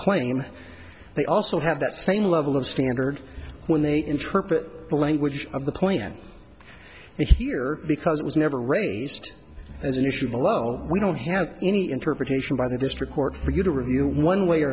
claim they also have that same level of standard when they interpret the language of the plan and here because it was never raised as an issue below we don't have any interpretation by the district court for you to review one way or